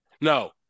No